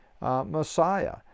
Messiah